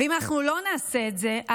ואם אנחנו לא נעשה את זה,